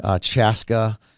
Chaska